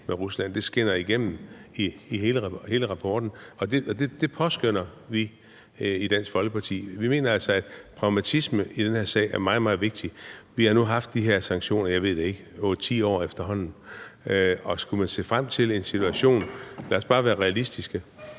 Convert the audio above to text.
med Rusland. Det skinner igennem i hele rapporten, og det påskønner vi i Dansk Folkeparti. Vi mener altså, at pragmatisme i den her sag er meget, meget vigtigt. Vi har nu haft de her sanktioner i, jeg ved ikke, om det er 8-10 år efterhånden. Og skulle man se frem mod en situation – lad os bare være realistiske